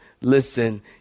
Listen